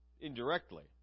indirectly